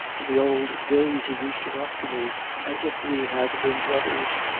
in the old days he used to talk to me as if we had been brothers,